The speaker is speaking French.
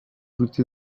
douter